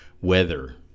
weather